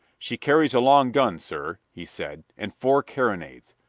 she carries a long gun, sir, he said, and four carronades.